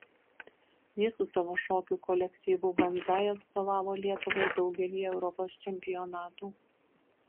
jis su savo šokių kolektyvu banzai atstovavo lietuvai daugelyje europos čempionatų